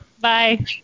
Bye